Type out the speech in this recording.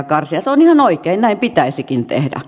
se on ihan oikein näin pitäisikin tehdä